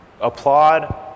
applaud